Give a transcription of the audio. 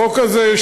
החוק הזה,